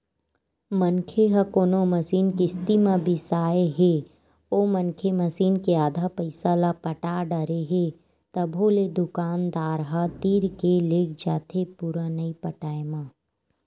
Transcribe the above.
मनखे ह कोनो मसीन किस्ती म बिसाय हे ओ मनखे मसीन के आधा पइसा ल पटा डरे हे तभो ले दुकानदार ह तीर के लेग जाथे पुरा नइ पटाय म